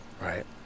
Right